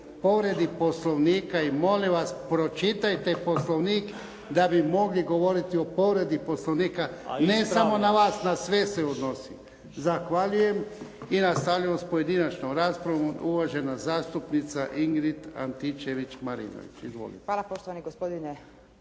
povrede Poslovnika i molim vas pročitajte Poslovnik da bi mogli govoriti o povredi Poslovnika. Ne samo na vas, na sve se odnosi. Zahvaljujem. I nastavljamo sa pojedinačnom raspravom. Uvažena zastupnica Ingrid Antičević-Marinović. Izvolite.